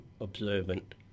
observant